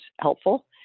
helpful